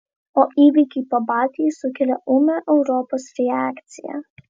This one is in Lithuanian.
o įvykiai pabaltijyje sukelia ūmią europos reakciją